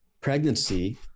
pregnancy